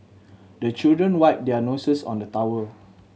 the children wipe their noses on the towel